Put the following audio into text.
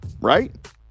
right